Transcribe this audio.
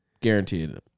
Guaranteed